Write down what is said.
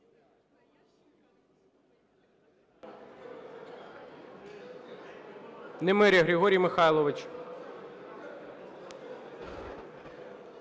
Немиря Григорій Михайлович